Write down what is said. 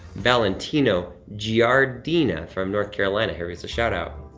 valentino giardina from north carolina, here is the shout-out.